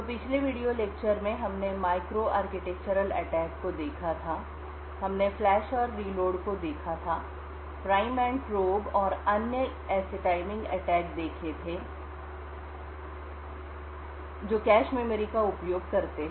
तो पिछले video lecture में हमने माइक्रो आर्किटेक्चरल अटैक को देखा था हमने फ्लश और रीलोड को देखा था प्राइम एंड प्रोब और अन्य ऐसे टाइमिंग अटैक देखें था जो कैश मेमोरी का उपयोग करते हैं